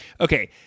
Okay